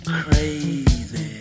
crazy